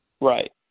Right